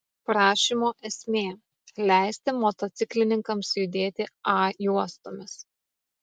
prašymo esmė leisti motociklininkams judėti a juostomis